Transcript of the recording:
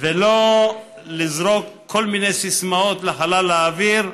ולא לזרוק כל מיני סיסמאות לחלל האוויר.